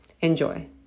Enjoy